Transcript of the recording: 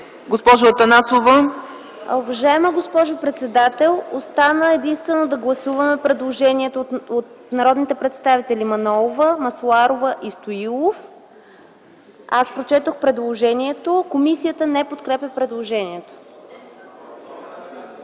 АТАНАСОВА: Уважаема госпожо председател, остана единствено да гласуваме предложението на народните представители Манолова, Масларова и Стоилов. Аз прочетох предложението. Комисията не подкрепя предложението.